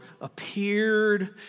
appeared